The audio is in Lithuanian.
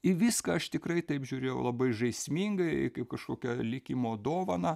į viską aš tikrai taip žiūrėjau labai žaismingai kaip kažkokia likimo dovana